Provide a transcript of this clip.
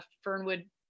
Fernwood